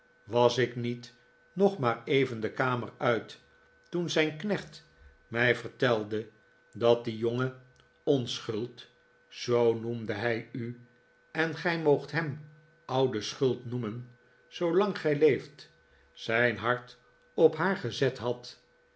was ik niet nog maar even de kamer uit toen zijn knecht mij vertelde dat die jonge hij u en gij moogt hem oude schuld noemen zoolang gij leeft zijn hart op haar gezet had